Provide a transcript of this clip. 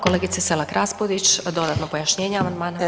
Kolegice Selak Raspudić, dodatno pojašnjenje amandmana.